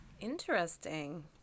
Interesting